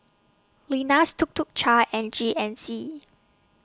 Lenas Tuk Tuk Cha and G N C